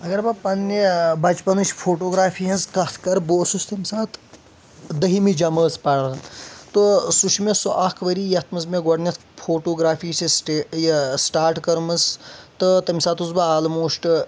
اگر بہٕ پننہِ بچپنٕچ فوٹوگرافی ۂنٛز کتھ کر بہٕ اوسُس تٔمہِ ساتہٕ دٔہِمہِ جمأژ پران تہٕ سُہ چُھ مےٚ سُہ اکھ ؤری یتھ منٛز مےٚ گۄڈنٮ۪تھ فوٹوگرافی چھ سٹے یہ سِٹاٹ کٔرمٕژ تہٕ تٔمہِ ساتہٕ اوسُس بہٕ آلموسٹ